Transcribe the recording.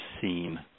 seen